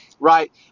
Right